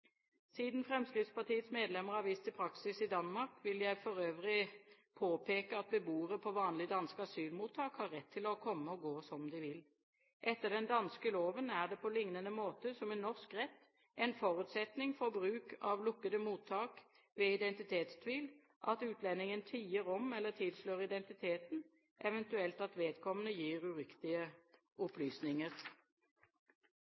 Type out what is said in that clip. Siden Fremskrittspartiets medlemmer har vist til praksis i Danmark, vil jeg for øvrig påpeke at beboere på vanlige danske asylmottak har rett til å komme og gå som de vil. Etter den danske loven er det på lignende måte som i norsk rett en forutsetning for bruk av lukkede mottak ved identitetstvil at utlendingen tier om eller tilslører identiteten, eventuelt at vedkommende gir uriktige